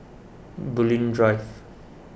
Bulim Drive